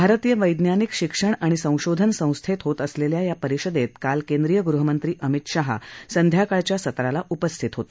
भारतीय वैज्ञानिक शिक्षण आणि संशोधन संस्थेत होत असलेल्या या परिषदेत काल केंद्रिय गृहमंत्री अमित शाह संध्याकाळच्या सत्राला उपस्थित होते